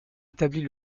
établit